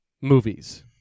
movies